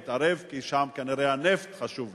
והוא התערב שם כי הנפט כנראה חשוב לו,